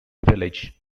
village